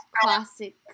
classic